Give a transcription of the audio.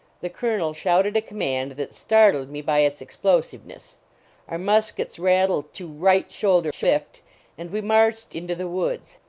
the colonel shouted a command that startled me by its explosiveness our muskets rattled to right shoulder shift and we marched into the woods.